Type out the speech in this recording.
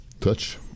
touch